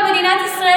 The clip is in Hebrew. במדינת ישראל,